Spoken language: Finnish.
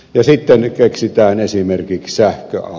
ja sitten keksitään esimerkiksi sähköautot